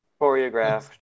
choreographed